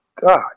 God